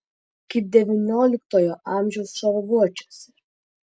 kaip devynioliktojo amžiaus šarvuočiuose